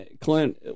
Clint